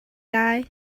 lai